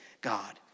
God